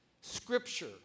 Scripture